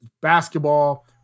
basketball